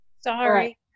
sorry